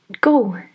go